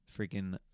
freaking